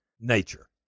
nature